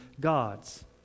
God's